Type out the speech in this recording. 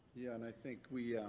yeah and i think we.